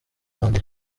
rwanda